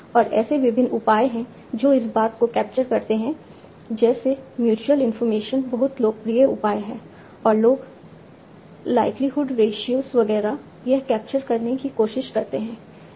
और ऐसे विभिन्न उपाय हैं जो इस बात को कैप्चर करते हैं जैसे म्यूच्यूअल इंफॉर्मेशन बहुत लोकप्रिय उपाय है और लॉग लाइक्लीहुड रेश्यो वगैरह यह कैप्चर करने की कोशिश करते हैं